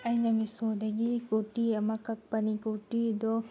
ꯑꯩꯅ ꯃꯤꯁꯣꯗꯒꯤ ꯀꯨꯔꯇꯤ ꯑꯃ ꯀꯛꯄꯅꯤ ꯀꯨꯔꯇꯤꯗꯣ